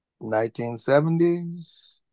1970s